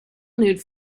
nude